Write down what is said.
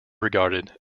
regarded